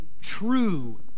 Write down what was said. true